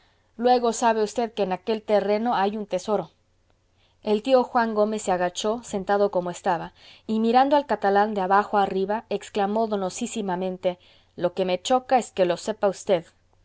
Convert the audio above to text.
luego sabe usted que en aquel terreno hay un tesoro el tío juan gómez se agachó sentado como estaba y mirando al catalán de abajo arriba exclamó donosísimamente lo que me choca es que lo sepa usted